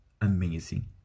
amazing